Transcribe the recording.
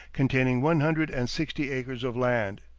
containing one hundred and sixty acres of land.